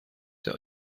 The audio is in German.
der